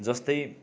जस्तै